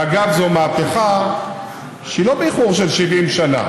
ואגב, זו מהפכה שהיא לא באיחור של 70 שנה,